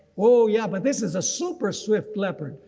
ohh yeah but this is a super swift leopard,